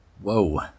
Whoa